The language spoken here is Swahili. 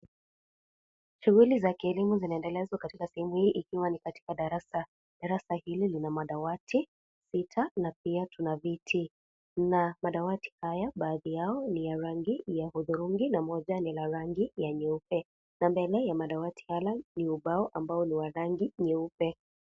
Shughuli za kielimu zinaendelezwa katika sehemu hii ikiwa ni katika darasa. Darasa hili lina madawati sita na pia tuna viti na madawati hayo baadhi yao ni ya rangi ya hudhurungi na moja ni la rangi ya nyeupe na mbele ya madawati haya ni ubao ambao ni wa rangi nyeupe.